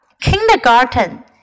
Kindergarten